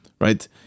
right